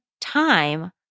time